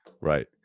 right